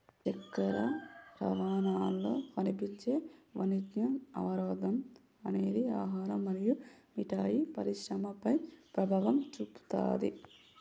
చక్కెర రవాణాలో కనిపించే వాణిజ్య అవరోధం అనేది ఆహారం మరియు మిఠాయి పరిశ్రమపై ప్రభావం చూపుతాది